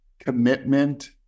commitment